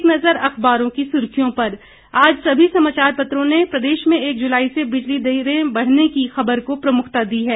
एक नज़र अखबारों की सुर्खियों पर आज सभी समाचार पत्रों ने प्रदेश में एक जुलाई से बिजली की दरें बढ़ने की ख़बर को प्रमुखता दी है